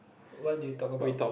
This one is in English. what did you talk about